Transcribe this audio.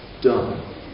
done